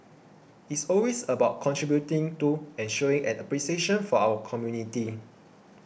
it's always about contributing to and showing an appreciation for our community